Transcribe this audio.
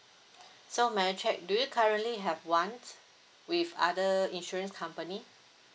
so may I check do you currently have one with other insurance company